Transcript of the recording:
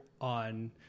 on